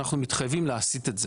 אנחנו מתחייבים להסיט את זה.